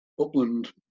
upland